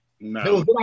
No